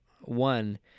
One